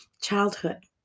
childhood